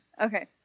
Okay